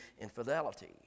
infidelity